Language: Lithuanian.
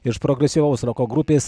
iš progresyvaus roko grupės